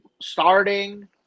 starting